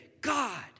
God